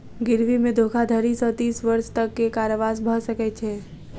गिरवी मे धोखाधड़ी सॅ तीस वर्ष तक के कारावास भ सकै छै